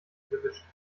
gewischt